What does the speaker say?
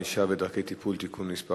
ענישה ודרכי טיפול) (תיקון מס'